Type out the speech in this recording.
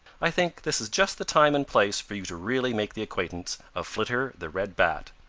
i think this is just the time and place for you to really make the acquaintance of flitter the red bat.